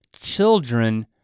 children